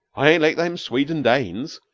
i ain't like them swedes an' danes.